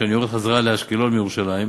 כשאני יורד חזרה לאשקלון מירושלים,